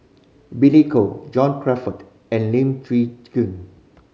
Billy Koh John Crawfurd and Lim Chwee